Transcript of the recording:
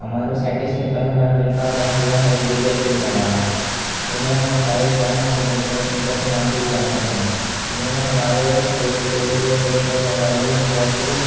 ہمارے سائنٹسٹ میں پہلا نام جن کا آتا ہے وہ ہیں A P J Abdul Kalam انہیں ہم میسائل مین آف انڈیا کے نام سے بھی جانتے ہیں انہوں نے ہمارے اسپیس کے ٹیکنالوجی میں بہت